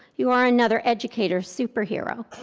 you are another educators superhero.